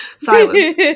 Silence